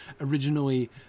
originally